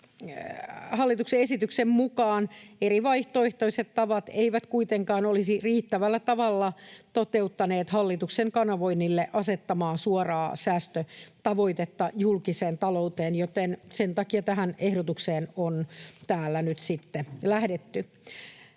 hallituksen esityksen mukaan eri vaihtoehtoiset tavat eivät kuitenkaan olisi riittävällä tavalla toteuttaneet hallituksen kanavoinnille asettamaa suoraa säästötavoitetta julkiseen talouteen, joten sen takia tähän ehdotukseen on täällä